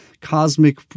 cosmic